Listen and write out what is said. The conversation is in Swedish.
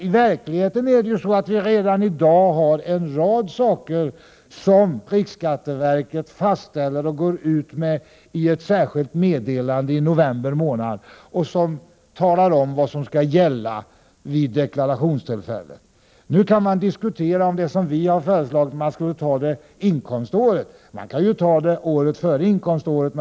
I verkligheten är det ju så att det redan i dag finns en rad saker som riksskatteverket fastställer. I ett särskilt meddelande i november månad talas det om vad som skall gälla vid deklarationstillfället. Visst kan man diskutera om man, som vi har föreslagit, under inkomståret skall fastställa sparavdragets storlek. Man kunde ju ta det året före inkomståret.